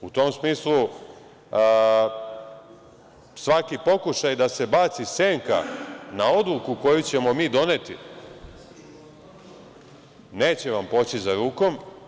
U tom smislu, svaki pokušaj da se baci senka na odluku koju ćemo mi doneti, neće vam poći za rukom.